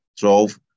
12